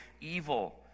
evil